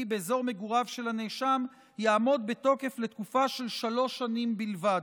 באזור מגוריו של הנאשם יעמוד בתוקף לתקופה של שלוש שנים בלבד.